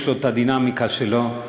יש לו הדינמיקה שלו,